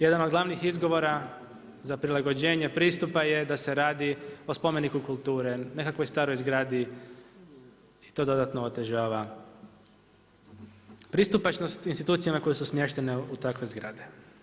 Jedan od glavnih izgovora za prilagođenje pristupa je da se radi o spomeniku kulture, nekakvoj staroj zgradi i to dodatno otežava pristupačnost institucije na koju su smještene u takve zgrade.